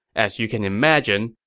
as you can imagine,